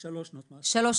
שלוש שנות מאסר.